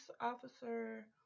officer